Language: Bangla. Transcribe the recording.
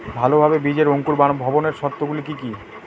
ভালোভাবে বীজের অঙ্কুর ভবনের শর্ত গুলি কি কি?